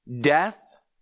Death